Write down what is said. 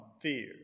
fear